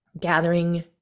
gathering